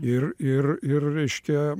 ir ir ir reiškia